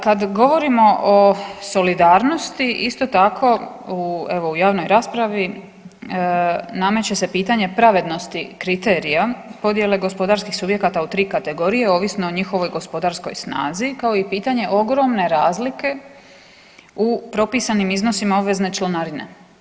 Kad govorimo o solidarnosti, isto tako, evo u javnoj raspravi, nameće se pitanje pravednosti kriterija podjele gospodarskih subjekata u 3 kategorije, ovisno o njihovoj gospodarskoj snazi, kao i pitanje ogromne razlike u propisanim iznosima obvezne članarine.